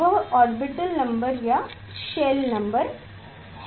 वह orbital number या shell number है